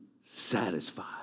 satisfied